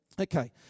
Okay